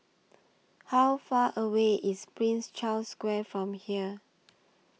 How Far away IS Prince Charles Square from here